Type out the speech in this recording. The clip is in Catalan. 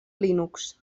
linux